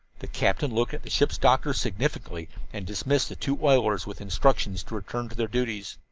the captain looked at the ship's doctor significantly and dismissed the two oilers with instructions to return to their duties.